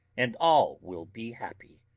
and all will be happy,